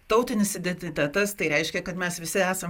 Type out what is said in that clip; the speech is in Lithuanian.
tautinis identitetas tai reiškia kad mes visi esam